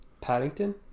Paddington